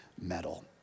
medal